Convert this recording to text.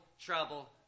trouble